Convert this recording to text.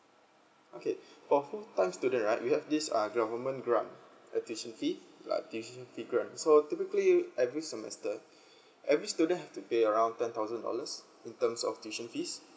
okay for full time student right we have this uh government grant tuition fee like tuition fees grant so typically every semester every student have to pay around ten thousand dollars in terms of tuition fees